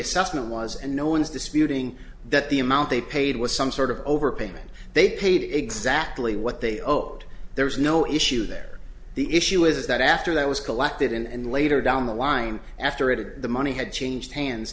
assessment was and no one is disputing that the amount they paid was some sort of overpayment they paid exactly what they owed there was no issue there the issue is that after that was collected and later down the line after it the money had changed hands